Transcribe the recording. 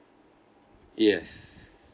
yes